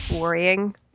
worrying